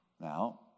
Now